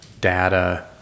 data